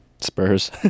spurs